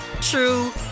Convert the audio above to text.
true